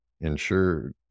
insured